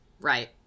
Right